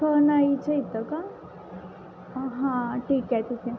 हो नाईच्या इतं का हां ठीक आहे ठीक आहे